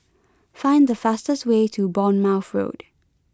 find the fastest way to Bournemouth Road